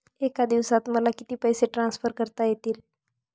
एका दिवसात मला किती पैसे ट्रान्सफर करता येतील?